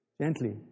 gently